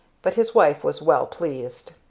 but his wife was well pleased.